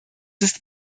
ist